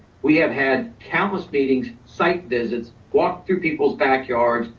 we have had countless meetings, site visits, walked through people's backyards,